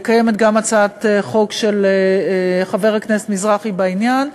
קיימת גם הצעת חוק של חבר הכנסת מזרחי בעניין,